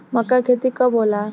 मक्का के खेती कब होला?